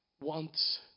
wants